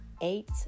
eight